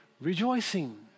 rejoicing